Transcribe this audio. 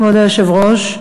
כבוד היושב-ראש,